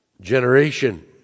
generation